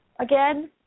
again